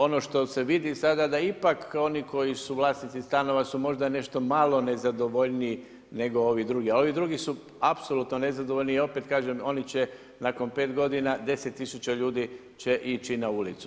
Ono što se vidi sada da ipak oni koji su vlasnici stanova su možda nešto malo nezadovoljniji nego ovi drugi, a ovi drugi su apsolutno nezadovoljni i opet kažem oni će nakon pet godina 10000 ljudi će ići na ulicu.